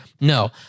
no